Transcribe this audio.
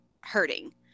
hurting